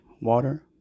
Water